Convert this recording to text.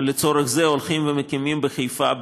לצורך זה הולכים ומקימים בחיפה,